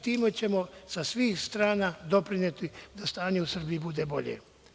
Time ćemo sa svih strana doprineti da stanje u Srbiji bude bolje.